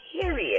period